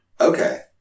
Okay